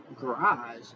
garage